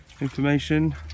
information